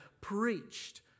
preached